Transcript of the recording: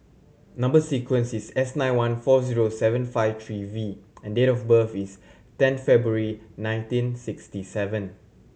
number sequence is S nine one four zero seven five three V and date of birth is ten February nineteen sixty seven